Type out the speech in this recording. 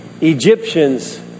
Egyptians